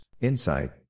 insight